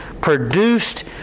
produced